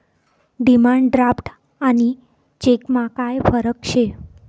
demand draft आणि चेकमा काय फरक शे